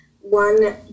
one